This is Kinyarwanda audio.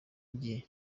gihe